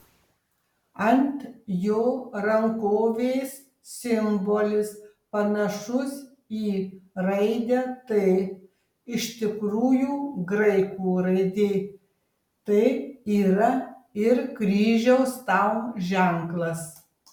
ant jo rankovės simbolis panašus į raidę t iš tikrųjų graikų raidė t yra ir kryžiaus tau ženklas